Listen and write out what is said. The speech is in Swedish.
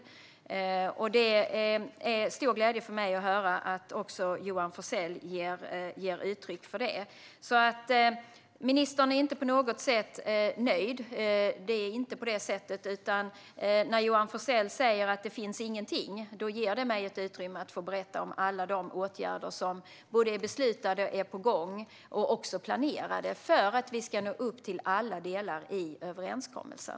Det är en stor glädje för mig att höra att också Johan Forssell ger uttryck för detta. Ministern är alltså inte på något sätt nöjd. Men när Johan Forssell säger att det inte finns någonting ger det mig ett utrymme att berätta om alla de åtgärder som är beslutade, på gång och planerade för att vi ska nå upp till alla delar av överenskommelsen.